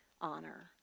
honor